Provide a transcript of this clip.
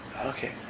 Okay